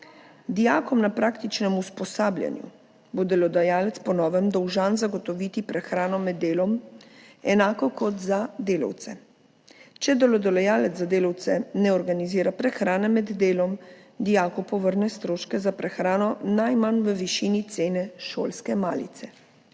Dijakom na praktičnem usposabljanju bo delodajalec po novem dolžan zagotoviti prehrano med delom enako kot za delavce. Če delodajalec za delavce ne organizira prehrane med delom, dijaku povrne stroške za prehrano najmanj v višini cene šolske malice.